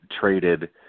traded